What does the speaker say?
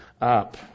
up